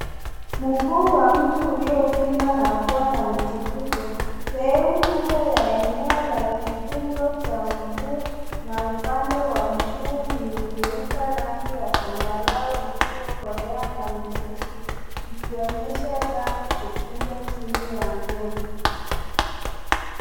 Mguu wa mtu uliovimba na kuwa na michipuko. Sehemu kubwa ya eneo ya kifundo cha mguu na upande wa mguu imegeuka rangi ya zambarau iliyokolea na nyeusi ikionyesha damu kufuja chini ya ngozi.